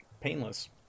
Painless